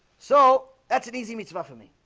so that's an easy mitzvah for me,